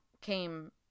came